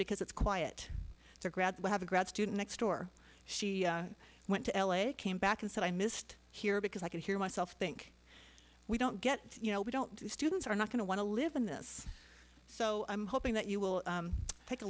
because it's quiet it's a grad to have a grad student next door she went to l a came back and said i missed here because i can hear myself think we don't get you know we don't do students are not going to want to live in this so i'm hoping that you will take a